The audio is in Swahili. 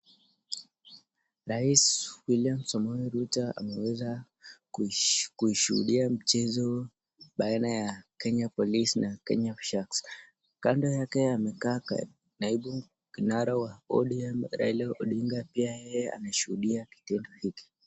Rais William Samoei Ruto ameweza kuishuhudia mchezo baina ya Kenya police na Kenya sharks. Kando yake amekaa naibu kinara wa ODM, Raila Odinga pia yeye anashuhudia kitendo hiki.